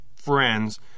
friends